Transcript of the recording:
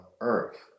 Earth